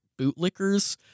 bootlickers